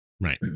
right